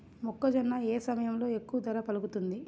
మొక్కజొన్న ఏ సమయంలో ఎక్కువ ధర పలుకుతుంది?